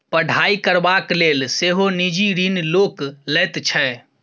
पढ़ाई करबाक लेल सेहो निजी ऋण लोक लैत छै